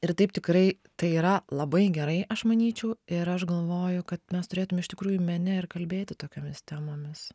ir taip tikrai tai yra labai gerai aš manyčiau ir aš galvoju kad mes turėtume iš tikrųjų mene ir kalbėti tokiomis temomis